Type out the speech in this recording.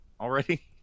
already